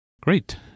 Great